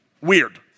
weird